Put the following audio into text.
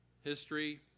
History